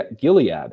Gilead